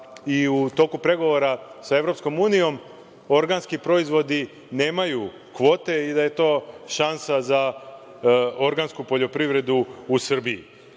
i u toku pregovora sa EU organski proizvodi nemaju kvote i da je to šansa za organsku poljoprivredu u Srbiji. Ono